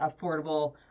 affordable